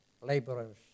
laborers